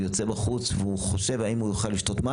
יוצאים החוצה וחושבים מה לעשות בכסף שלהם האם הם יוכלו להשתמש בו